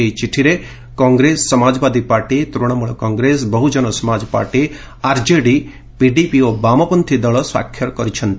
ଏହି ଚିଠିରେ Congress Samajwadi party Trinamool Congress Bahujan Samaj party RJD PDP ଓ ବାମପନ୍ଥୀ ଦଳ ସ୍ୱାକ୍ଷର କରିଛନ୍ତି